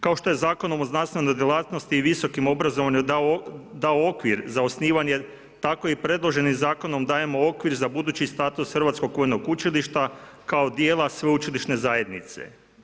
Kao što je Zakonom o znanstvenoj djelatnosti i visokom obrazovanju dao okvir za osnivanje, tako i predloženim zakonom dajemo okvir za budući status hrvatskog vojnog učilišta kao djela sveučilišne zajednice.